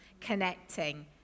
connecting